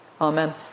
Amen